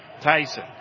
Tyson